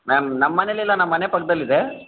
ma'am ನಮ್ಮ ಮನೇಲಿಲ್ಲ ನಮ್ಮ ಮನೆ ಪಕ್ಕದಲ್ಲಿದೆ